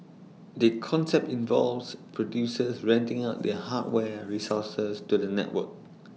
the concept involves producers renting out their hardware resources to the network